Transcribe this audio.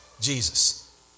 Jesus